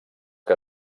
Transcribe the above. que